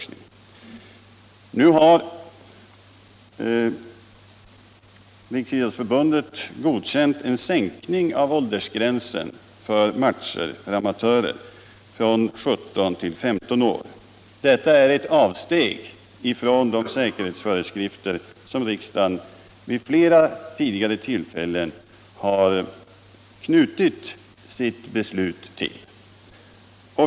Nu har Riksidrottsstyrelsen godkänt en sänkning av åldersgränsen tör amatörer som deltar i matcher från 17 till 15 år. Detta är ett avsteg från de säkerhetsföreskrifter som riksdagen vid flera tidigare tillfällen har knutit sitt beslut till.